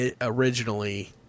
originally